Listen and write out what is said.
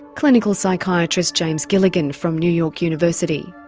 clinical psychiatrist james gilligan from new york university.